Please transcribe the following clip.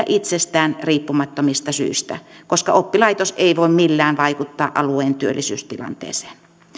itsestään riippumattomista syistä koska oppilaitos ei voi millään vaikuttaa alueen työllisyystilanteeseen